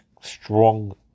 strong